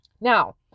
Now